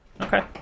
Okay